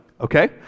okay